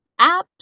apps